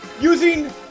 Using